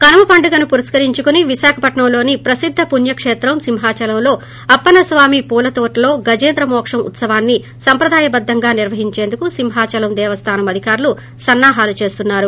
కనుమ పండుగను పురస్కరించుకుని విశాఖపట్నంలోని ప్రసిద్ద పుణ్యకేత్రం సింహాచలంలో అప్పన్న స్వామి పూల తోటలో గజేంద్ర మోక్షం ఉత్పవాన్ని సంప్రదాయ బద్దంగా నిర్వహించేందుకు సింహాచలం దేవస్థానం అధికారులు సన్సాహాలు చేస్తున్నారు